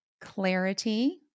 Clarity